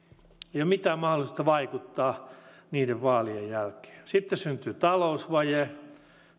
ole mitään mahdollisuutta vaikuttaa niiden vaalien jälkeen sitten syntyy talousvaje